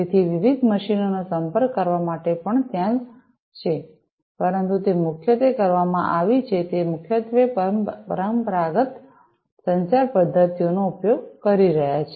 તેથી વિવિધ મશીનનો સંપર્ક કરવા માટે પણ ત્યાં છે પરંતુ તે મુખ્યત્વે કરવામાં આવી છે તે મુખ્યત્વે પરંપરાગત સંચાર પદ્ધતિઓનો ઉપયોગ કરી રહ્યા છે